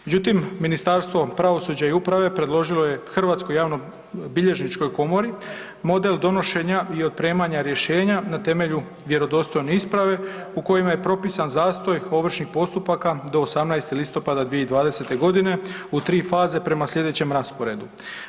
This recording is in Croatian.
Međutim, Ministarstvo pravosuđa i uprave predložilo je Hrvatskoj javobilježničkoj komori model donošenja i otpremanja rješenja na temelju vjerodostojne isprave u kojima je propisan zastoj ovršnih postupaka do 18. listopada 2020. godine u tri faze prema slijedećem rasporedu.